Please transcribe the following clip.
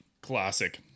Classic